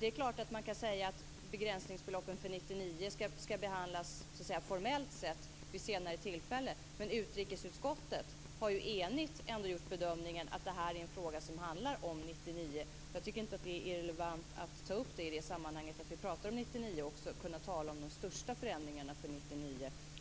Det är klart att man kan säga att begränsningsbeloppen för 1999 formellt sett skall behandlas vid ett senare tillfälle, men utrikesutskottet har ju ändå gjort en enig bedömning att det här är en fråga som handlar om 1999. Jag tycker inte att det är irrelevant att ta upp detta i det här sammanhanget. När vi pratar om 1999 skall vi också kunna tala om de största förändringarna för 1999.